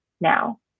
now